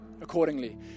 accordingly